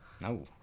No